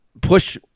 push